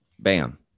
Bam